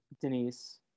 Denise